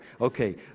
Okay